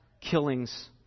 killings